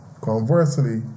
Conversely